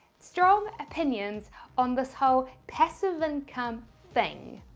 strong opinions on this whole passive income thing.